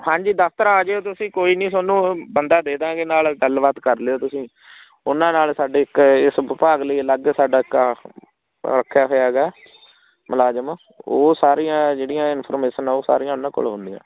ਹਾਂਜੀ ਦਫ਼ਤਰ ਆ ਜਿਓ ਤੁਸੀਂ ਕੋਈ ਨਹੀਂ ਤੁਹਾਨੂੰ ਬੰਦਾ ਦੇ ਦਾਂਗੇ ਨਾਲ ਗੱਲਬਾਤ ਕਰ ਲਿਓ ਤੁਸੀਂ ਉਹਨਾਂ ਨਾਲ ਸਾਡੇ ਇੱਕ ਇਸ ਵਿਭਾਗ ਲਈ ਅਲੱਗ ਸਾਡਾ ਇੱਕ ਰੱਖਿਆ ਹੋਇਆ ਹੈਗਾ ਮੁਲਾਜ਼ਮ ਉਹ ਸਾਰੀਆਂ ਜਿਹੜੀਆਂ ਇਨਫੋਰਮੇਸ਼ਨ ਆ ਉਹ ਸਾਰੀਆਂ ਉਹਨਾਂ ਕੋਲ ਹੁੰਦੀਆਂ